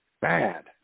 Bad